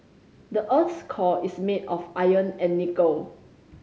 the earth's core is made of iron and nickel